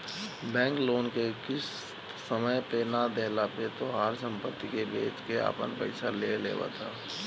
bank loan के किस्त समय पे ना देहला पे तोहार सम्पत्ति के बेच के आपन पईसा ले लेवत ह